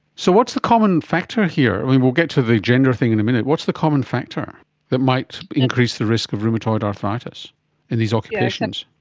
so what's the common factor here? and we'll get to the gender thing in a minute. what's the common factor that might increase the risk of rheumatoid arthritis in these occupations?